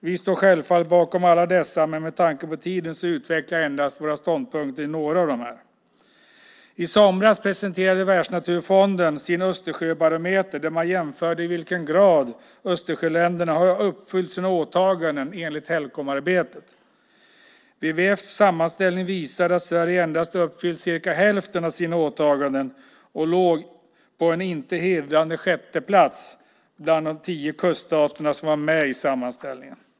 Vi står självfallet bakom alla dessa men med tanke på tiden utvecklar jag endast våra ståndpunkter i några av dem. I somras presenterade Världsnaturfonden sin Östersjöbarometer där man jämförde i vilken grad Östersjöländernas hade uppfyllt sina åtaganden i Helcomarbetet. WWF:s sammanställning visade att Sverige endast uppfyllt cirka hälften av sina åtaganden och låg på en inte hedrande sjätteplats bland de tio kuststater som var med i sammanställningen.